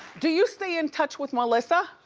do you stay in touch with melissa?